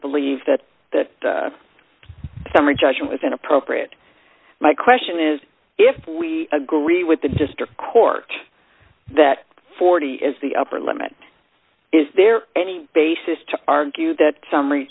believe that that summary judgment is inappropriate my question is if we agree with the district court that forty is the upper limit is there any basis to argue that summary